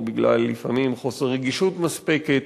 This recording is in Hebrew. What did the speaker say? או בגלל לפעמים חוסר רגישות מספקת,